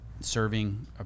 serving